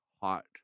hot